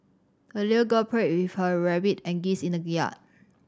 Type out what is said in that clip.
the little girl played with her rabbit and geese in the yard